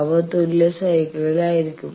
അവ തുല്യ സൈക്കിളിൽ ആയിരിക്കും